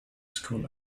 school